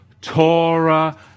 Torah